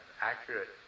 accurate